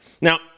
Now